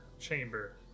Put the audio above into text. chamber